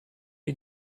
you